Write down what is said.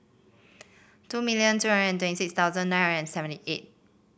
two million two hundred and twenty six thousand nine hundred and seventy eight